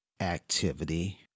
activity